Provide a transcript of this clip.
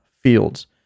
fields